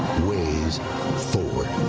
ways forward.